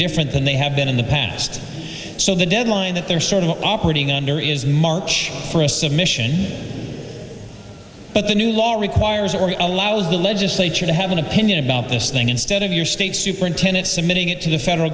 different than they have been in the past so the deadline that they're sort of operating under is march for a submission but the new law requires or allows the legislature to have an opinion about this thing instead of your state superintendent submitting it to the federal